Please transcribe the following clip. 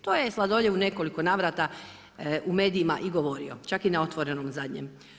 To je Sladoljev u nekoliko navrata u medijima i govorio, čak i na Otvorenom u zadnjem.